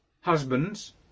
Husbands